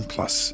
Plus